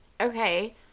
Okay